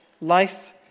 life